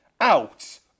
out